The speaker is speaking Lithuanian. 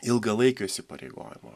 ilgalaikio įsipareigojimo